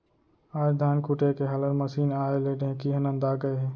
आज धान कूटे के हालर मसीन आए ले ढेंकी ह नंदा गए हे